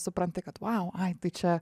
supranti kad vau ai tai čia